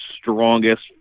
strongest